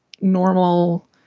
normal